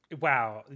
Wow